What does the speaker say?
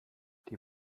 die